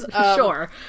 sure